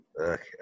Okay